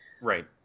Right